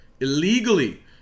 illegally